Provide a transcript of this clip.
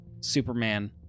Superman